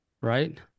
Right